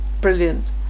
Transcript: Brilliant